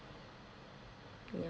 ya